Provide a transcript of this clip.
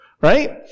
right